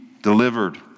delivered